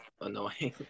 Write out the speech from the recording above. annoying